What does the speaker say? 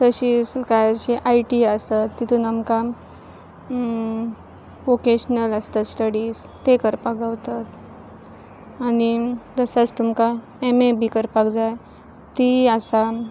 तशीच कांयशी I T आसत तितून आमकां वोकेशनल आसता स्टडीझ ते करपाक गावतात आनी तसोच तुमकां ऍम ए बी करपाक जाय ती आसा